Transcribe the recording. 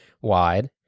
wide